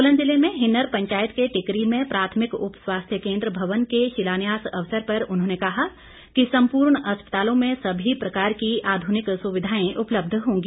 सोलन जिले में हिन्नर पंचायत के टिक्करी में प्राथमिक उप स्वास्थ्य केन्द्र भवन के शिलान्यास अवसर पर उन्होंने कहा कि संपूर्ण अस्पतालों में सभी प्रकार की आधुनिक सुविधाएं उपलब्ध होंगी